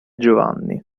giovanni